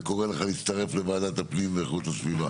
וקורא לך להצטרף לוועדת הפנים ואיכות הסביבה.